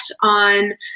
on